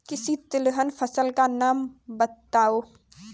किसी तिलहन फसल का नाम बताओ